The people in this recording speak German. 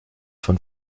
von